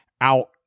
out